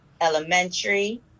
elementary